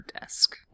desk